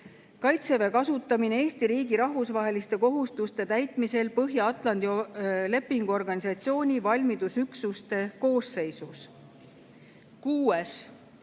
"Kaitseväe kasutamine Eesti riigi rahvusvaheliste kohustuste täitmisel Põhja-Atlandi Lepingu Organisatsiooni valmidusüksuste koosseisus". Kuues,